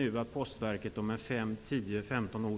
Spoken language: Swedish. Om Postverket om 5, 10 eller 15 år